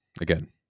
again